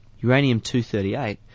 Uranium-238